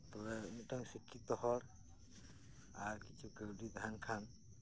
ᱛᱚᱵᱮ ᱢᱤᱫᱴᱟᱝ ᱥᱤᱠᱠᱷᱤᱛᱚ ᱦᱚᱲ ᱟᱨ ᱠᱤᱪᱷᱩ ᱠᱟᱣᱰᱤ ᱛᱟᱦᱮᱸᱱ ᱠᱷᱟᱱ